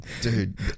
dude